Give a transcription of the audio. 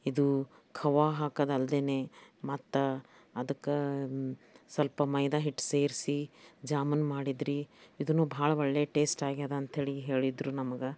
ಇದು ಕವ್ವಾ ಹಾಕೋದಲ್ದೇನೆ ಮತ್ತು ಅದಕ್ಕೆ ಸ್ವಲ್ಪ ಮೈದಾ ಹಿಟ್ಟು ಸೇರಿಸಿ ಜಾಮೂನ್ ಮಾಡಿದ್ರಿ ಇದನ್ನೂ ಭಾಳ ಒಳ್ಳೆ ಟೇಸ್ಟ್ ಆಗದೆ ಅಂಥೇಳಿ ಹೇಳಿದರು ನಮಗೆ